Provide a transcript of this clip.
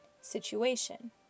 situation